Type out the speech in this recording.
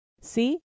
See